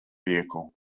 vehicle